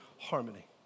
harmony